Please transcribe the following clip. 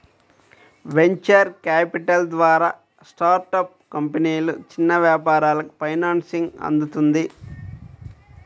venture capital ద్వారా startup కంపెనీలు, చిన్న వ్యాపారాలకు ఫైనాన్సింగ్ అందుతుంది